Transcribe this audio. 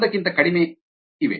ಒಂದಕ್ಕಿಂತ ಕಡಿಮೆ ಇವೆ